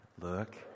Look